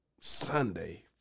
Sunday